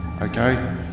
okay